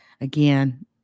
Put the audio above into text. Again